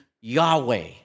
Yahweh